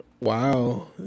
Wow